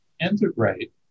integrate